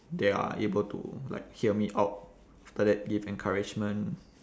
they are able to like hear me out after that give encouragement